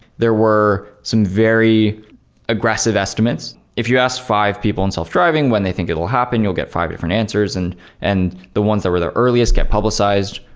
there were some very aggressive estimates. if you asked five people in self-driving when they think it'll happen, you'll get five different answers. and and the ones that were there earliest get publicized,